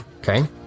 okay